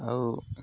ଆଉ